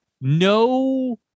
no